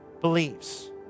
believes